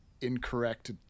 incorrect